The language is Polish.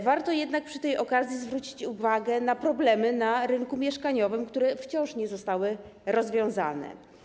Warto przy tej okazji zwrócić uwagę na problemy na rynku mieszkaniowym, które wciąż nie zostały rozwiązane.